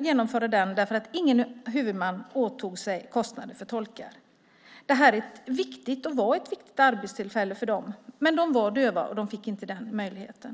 genomföra den därför att ingen huvudman åtog sig kostnaden för tolkar. Detta var ett viktigt arbetstillfälle för dem. Men de var döva, och de fick inte denna möjlighet.